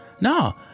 No